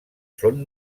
són